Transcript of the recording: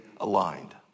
aligned